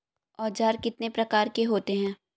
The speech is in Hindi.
औज़ार कितने प्रकार के होते हैं?